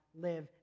live